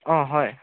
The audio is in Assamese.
অঁ হয়